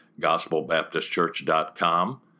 gospelbaptistchurch.com